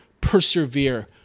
persevere